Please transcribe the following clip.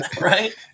right